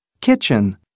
Kitchen